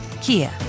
Kia